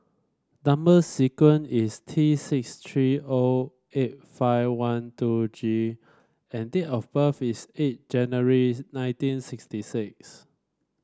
number sequence is T six three O eight five one two G and date of birth is eight January nineteen sixty six